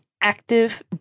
active